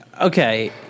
Okay